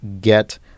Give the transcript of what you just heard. get